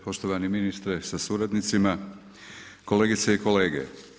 Poštovani ministre sa suradnicima, kolegice i kolege.